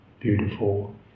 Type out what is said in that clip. beautiful